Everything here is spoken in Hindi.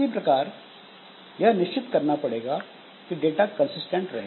किसी प्रकार यह निश्चित करना पड़ेगा कि डाटा कंसिस्टेंट रहे